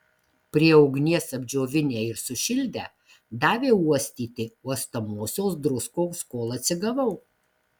prie ugnies apdžiovinę ir sušildę davė uostyti uostomosios druskos kol atsigavau